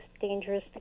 dangerous